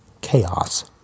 chaos